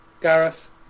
Gareth